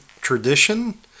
Tradition